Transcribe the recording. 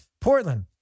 Portland